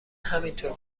همینطور